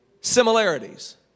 similarities